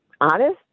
honest